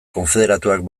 konfederatuak